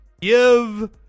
give